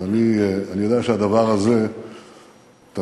אז אני יודע שהדבר הזה תמיד